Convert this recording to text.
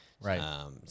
right